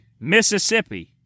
mississippi